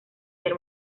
del